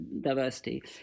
diversity